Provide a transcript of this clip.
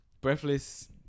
Breathless